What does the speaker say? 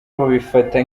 babifata